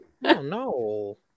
no